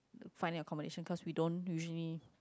finding accommodation cause we don't usually